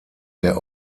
der